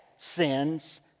sins